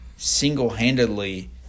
Single-handedly